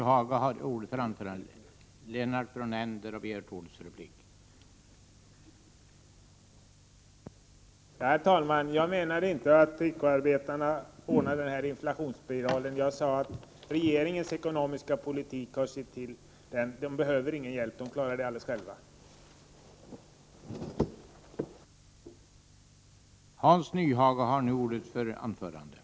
Herr talman! Jag menade inte att det är tekoarbetarna som driver upp inflationsspiralen. Jag sade att regeringen med sin ekonomiska politik har sett till att vi har fått denna utveckling. När det gäller att driva inflationen uppåt behöver inte regeringen någon hjälp — det klarar den helt själv.